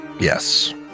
Yes